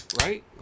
right